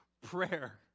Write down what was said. prayer